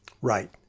Right